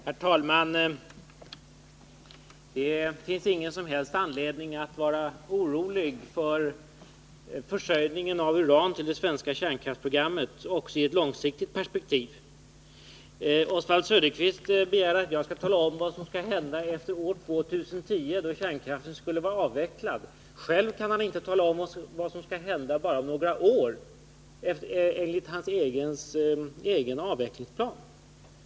Herr talman! Det finns ingen som helst anledning att vara orolig för försörjningen av uran till det svenska kärnkraftsprogrammet också i ett långsiktigt perspektiv. Oswald Söderqvist begär att jag skall tala om vad som skall hända efter år 2010, då kärnkraften skulle vara avvecklad. Själv kan han inte tala om vac som skall hända bara om några år enligt hans egen avvecklingsplan.